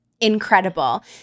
incredible